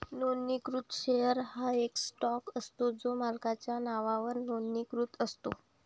नोंदणीकृत शेअर हा एक स्टॉक असतो जो मालकाच्या नावावर नोंदणीकृत असतो